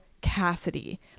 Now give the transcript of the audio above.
Cassidy